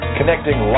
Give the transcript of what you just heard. Connecting